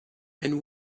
and